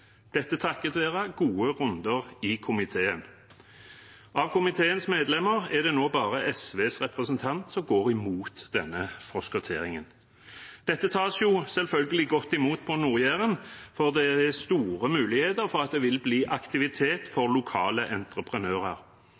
dette takket være gode runder i komiteen. Av komiteens medlemmer er det nå bare SVs representant som går imot denne forskutteringen. Dette tas selvfølgelig godt imot på Nord-Jæren, for det er store muligheter for at det vil bli aktivitet for lokale entreprenører.